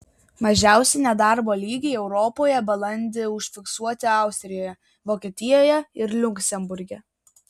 mažiausi nedarbo lygiai europoje balandį užfiksuoti austrijoje vokietijoje ir liuksemburge